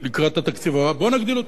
לקראת התקציב הבא, בואו נגדיל אותו.